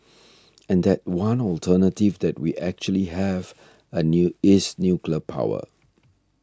and that one alternative that we actually have a new is nuclear power